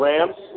Rams